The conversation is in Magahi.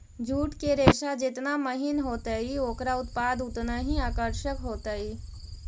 जूट के रेशा जेतना महीन होतई, ओकरा उत्पाद उतनऽही आकर्षक होतई